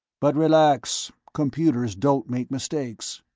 but relax, computers don't make mistakes.